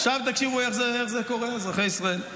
עכשיו תקשיבו איך זה קורה, אזרחי ישראל.